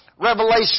Revelation